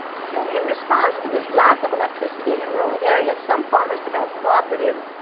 so in response to this lack of electricity in rural areas, some farmers developed cooperatives,